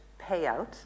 payout